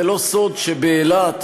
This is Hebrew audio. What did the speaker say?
זה לא סוד שבאילת,